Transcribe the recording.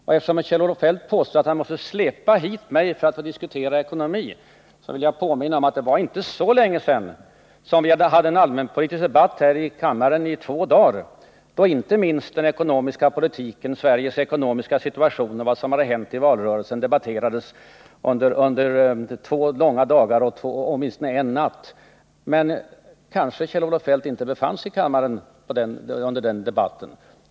Kjell-Olof Feldt påstår att han måste släpa hit mig för att få diskutera ekonomi. Jag vill då påminna om att det inte var länge sedan vi här i kammaren hade en allmänpolitisk debatt, då inte minst den ekonomiska politiken, Sveriges ekonomiska situation och vad som har hänt i valrörelsen debatterades under två långa dagar och åtminstone en natt. Kanske Kjell-Olof Feldt inte befann sig i kammaren under den debatten?